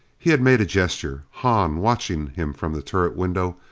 he had made a gesture. hahn, watching him from the turret window,